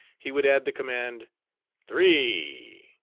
he would add the command three,